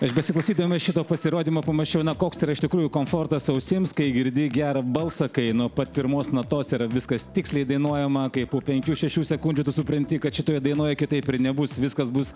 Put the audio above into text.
aš besiklausydamas šito pasirodymo pamačiau koks yra iš tikrųjų komfortas ausims kai girdi gerą balsą kai nuo pat pirmos natos yra viskas tiksliai dainuojama kaip po penkių šešių sekundžių tu supranti kad šitoje dainoje kitaip ir nebus viskas bus